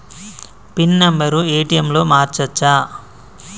Pin number ATM లో మార్చచ్చా?